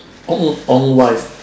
ong ong wife